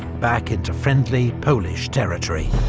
back into friendly, polish territory.